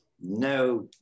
No